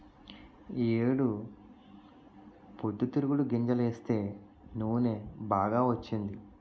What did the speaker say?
ఈ ఏడు పొద్దుతిరుగుడు గింజలేస్తే నూనె బాగా వచ్చింది